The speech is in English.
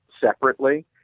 separately